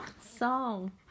Song